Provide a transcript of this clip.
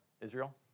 Israel